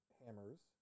hammers